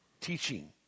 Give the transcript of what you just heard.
teaching